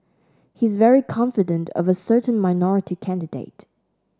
he's very confident of a certain minority candidate